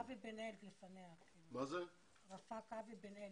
לפניה אבי בן אל,